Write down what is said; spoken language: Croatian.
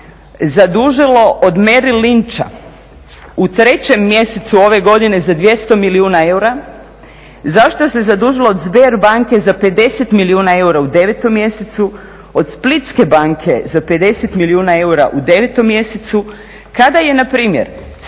zadužilo od Merrill Lyncha u trećem mjesecu ove godine za 200 milijuna eura, zašto se zadužilo od Sber banke za 50 milijuna eura u 9 mjesecu, od Splitske banke za 50 milijuna eura u 9 mjesecu kada je na primjer